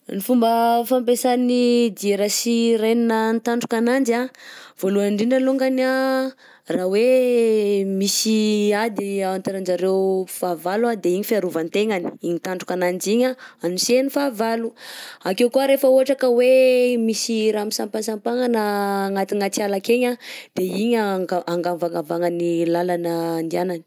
Ny fomba fampiasan'ny diera sy renne ny trandroka ananjy anh, voalohany indrindra alongany anh raha hoe misy ady entre anjareo mpifahavalo anh de igny fiarovan-tegnany, iny tandroka ananjy igny a anosehany fahavalo._x000D_ Akeo koa rehefa ohatra ka hoe misy raha misampasampagnana agnatinaty ala akegny anh de igny anga- angavangavagnany làlana andianany.